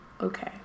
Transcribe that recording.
Okay